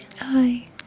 Hi